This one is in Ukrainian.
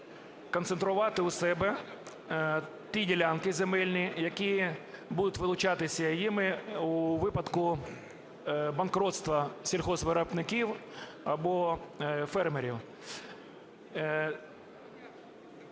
концентрувати у себе ті ділянки земельні, які будуть вилучатися ними у випадку банкрутства сільгоспвиробників або фермерів.